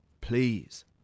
Please